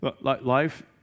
life